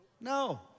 no